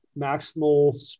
maximal